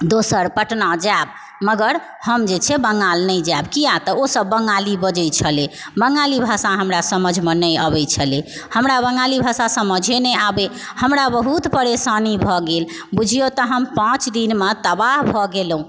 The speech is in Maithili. दोसर पटना जायब मगर हम जे छै बङ्गाल नहि जायब किआ तऽ ओसभ बङ्गाली बजय छलय बङ्गाली भाषा हमरा समझमे नहि अबय छलय हमरा बङ्गाली भाषा समझे नहि आबय हमरा बहुत परेशानी भऽ गेल बुझिउ तऽ हम पाँच दिनमे तबाह भऽ गेलहुँ